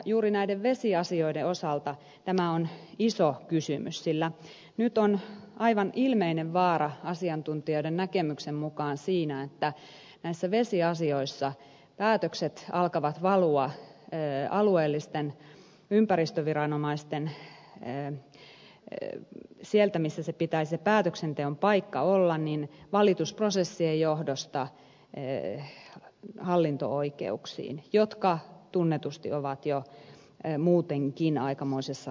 juuri näiden vesiasioiden osalta tämä on iso kysymys sillä nyt on aivan ilmeinen vaara asiantuntijoiden näkemyksen mukaan siinä että näissä vesiasioissa päätökset alkavat valua alueellisilta ympäristöviranomaisilta sieltä missä sen päätöksenteon paikan pitää olla valitusprosessien johdosta hallinto oikeuksiin jotka tunnetusti ovat jo muutenkin aikamoisessa ruuhkassa